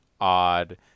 odd